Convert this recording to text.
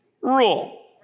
rule